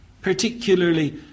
particularly